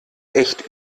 echt